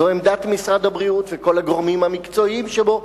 זו עמדת משרד הבריאות וכל הגורמים המקצועיים שבו,